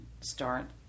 start